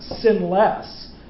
sinless